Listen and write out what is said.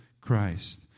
Christ